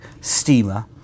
steamer